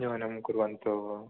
न्यूनं कुर्वन्तु भोः